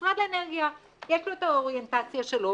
משרד האנרגיה יש לו את האוריינטציה שלו,